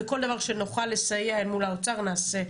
וכל דבר שנוכל לסייע אל מול האוצר נעשה.